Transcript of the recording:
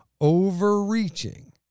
overreaching